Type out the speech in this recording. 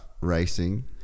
racing